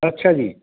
ਅੱਛਾ ਜੀ